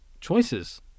choices